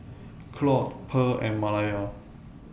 Claude Purl and Malaya